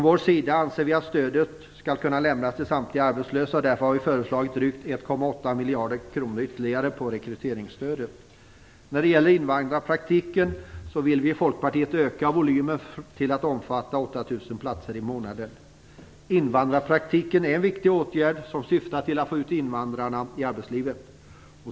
Vi anser att stödet skall kunna lämnas till samtliga arbetslösa, och därför har vi föreslagit drygt Folkpartiet vill också öka volymen av invandrarpraktiken till att omfatta 8 000 platser i månaden. Invandrarpraktiken är en viktig åtgärd, som syftar till att få ut invandrarna i arbetslivet.